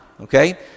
Okay